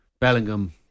Bellingham